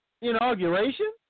inauguration